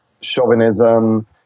chauvinism